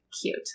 cute